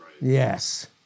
Yes